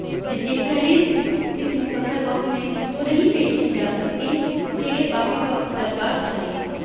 جس کی فہرست اس مختصر وقت میں تو نہیں پیش کی جا سکتی اس کے لیے کافی وقت درکار چاہیے